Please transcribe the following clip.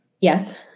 yes